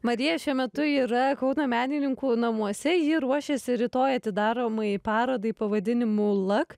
marija šiuo metu yra kauno menininkų namuose ji ruošiasi rytoj atidaromai parodai pavadinimu lak